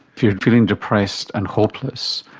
if you're feeling depressed and hopeless,